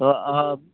ᱫᱚ